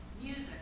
Music